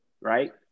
right